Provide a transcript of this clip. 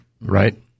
right